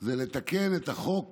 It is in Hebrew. זה לתקן את החוק